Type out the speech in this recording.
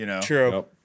True